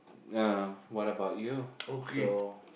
what about you so